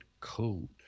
code